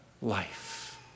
life